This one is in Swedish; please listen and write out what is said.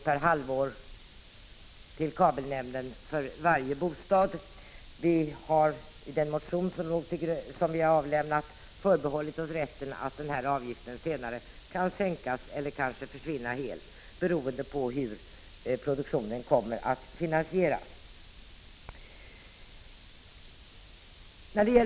per halvår för varje bostad som skall utgå till kabelnämnden. Vi har i den motion som vi har avlämnat förbehållit oss rätten att föreslå att avgiften senare kan sänkas eller försvinna helt, beroende på hur produktionen kommer att finansieras.